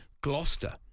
Gloucester